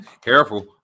careful